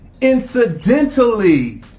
incidentally